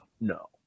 No